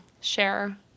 Share